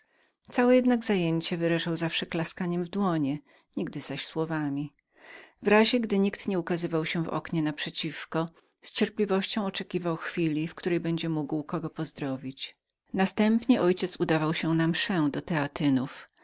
całe jednak zajęcie wyrażał zawsze klaskaniem w dłonie nigdy zaś słowami w razie gdy nikt nie ukazywał się w przeciwnem oknie z cierpliwością oczekiwał chwili w której będzie mógł kogo pozdrowić oprócz tego mój ojciec bywał na mszy u teatynów za